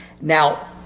Now